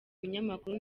binyamakuru